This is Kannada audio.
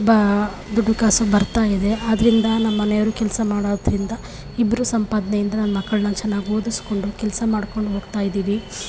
ಬ ದುಡ್ಡು ಕಾಸು ಬರ್ತಾಯಿದೆ ಆದ್ದರಿಂದ ನಮ್ಮ ಮನೆಯವ್ರು ಕೆಲಸ ಮಾಡೋದರಿಂದ ಇಬ್ಬರ ಸಂಪಾದನೆಯಿಂದ ನಮ್ಮ ಮಕ್ಕಳನ್ನ ಚೆನ್ನಾಗಿ ಓದಿಸ್ಕೊಂಡು ಕೆಲಸ ಮಾಡ್ಕೊಂಡು ಹೋಗ್ತಾಯಿದೀವಿ